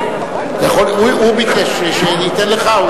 הוא ביקש שניתן לך.